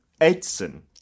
Edson